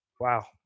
Wow